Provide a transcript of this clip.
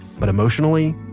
but emotionally?